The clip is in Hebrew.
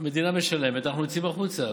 המדינה משלמת, אנחנו יוצאים החוצה.